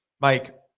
Mike